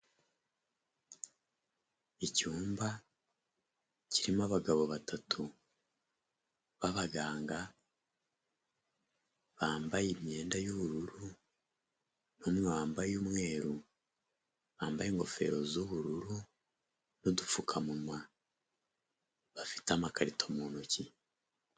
Icyumba kirimo abagabo batatu b'abaganga, bambaye imyenda y'ubururu, n'umwe wambaye umweru, bambaye ingofero z'ubururu n'udupfukamunwa, bafite amakarito mu ntoki.